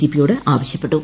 ജിഷിയോട്ട് ആവശ്യപ്പെട്ടു